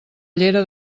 llera